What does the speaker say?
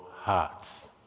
hearts